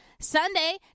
Sunday